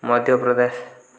Madhya Pradesh